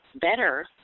better